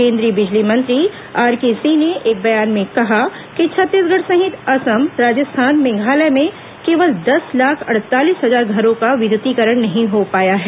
केन्द्रीय बिजली मंत्री आरके सिंह ने एक बयान में कहा कि छत्तीसगढ सहित असम राजस्थान मेघालय में केवल दस लाख अड़तालीस हजार घरों का विद्युतीकरण नहीं हो पाया है